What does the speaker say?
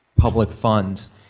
public funds.